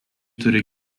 turi